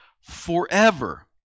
forever